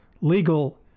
legal